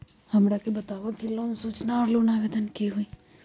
हमरा के बताव कि लोन सूचना और लोन आवेदन की होई?